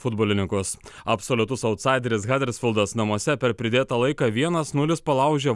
futbolininkus absoliutus autsaideris hadrisfoldas namuose per pridėtą laiką vienas nulis palaužė